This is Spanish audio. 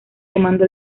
tomando